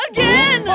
Again